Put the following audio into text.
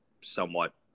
somewhat